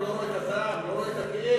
ולא רואה את הזעם ולא רואה את הכאב.